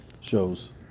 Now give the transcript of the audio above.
shows